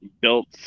built